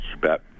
Bet